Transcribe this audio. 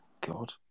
God